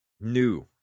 New